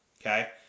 okay